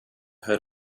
heard